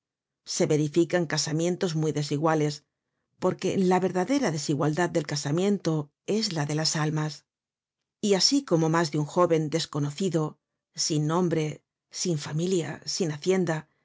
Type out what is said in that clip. se verifican casamientos muy desiguales porque la verdadera desigualdad del casamiento es la de las almas y asi como mas de un jóven desconocido sin nombre sin familia sin hacienda